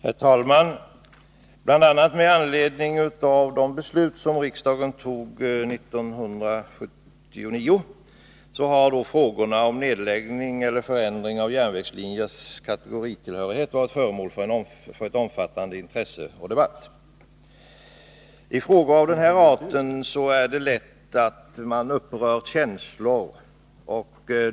Herr talman! Bl. a. med anledning av de beslut som riksdagen fattade 1979 har frågorna om nedläggning och förändring av järnvägslinjers kategoritillhörighet varit föremål för omfattande intresse och debatt. I frågor av denna art är det lätt att känslorna upprörs.